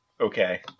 okay